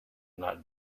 not